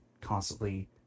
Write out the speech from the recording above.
constantly